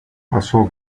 pasó